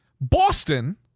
Boston